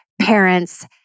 parents